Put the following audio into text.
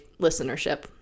listenership